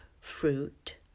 fruit